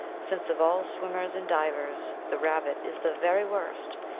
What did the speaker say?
since of all swimmers and divers the rab bit is the very worst,